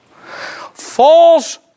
false